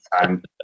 time